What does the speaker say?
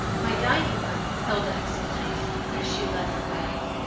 my dining-room, hilda explained, as she led the way,